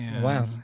Wow